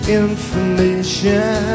information